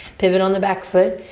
pivot on the back foot.